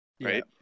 right